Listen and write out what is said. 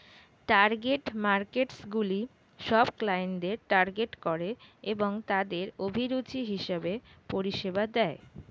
target মার্কেটসগুলি সব ক্লায়েন্টদের টার্গেট করে এবং তাদের অভিরুচি হিসেবে পরিষেবা দেয়